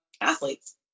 athletes